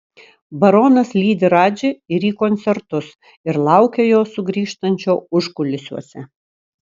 baronas lydi radži ir į koncertus ir laukia jo sugrįžtančio užkulisiuose